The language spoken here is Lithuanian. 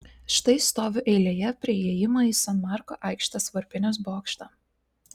štai stoviu eilėje prie įėjimo į san marko aikštės varpinės bokštą